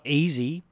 easy